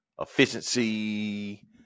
efficiency